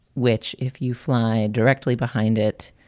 which if you fly directly behind it